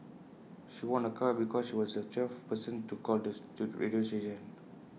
she won A car because she was the twelfth person to call this the radio station